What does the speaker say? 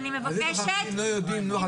על זה שהחרדים לא יודעים את לוח